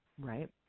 Right